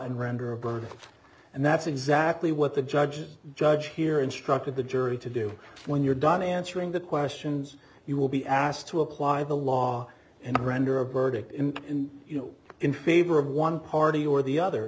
and render a burden and that's exactly what the judge's judge here instructed the jury to do when you're done answering the questions you will be asked to apply the law and render a verdict in you know in favor of one party or the other